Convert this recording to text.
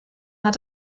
hat